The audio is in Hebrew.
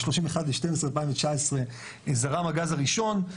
ב-31.12.2019 זרם הגזר הראשון.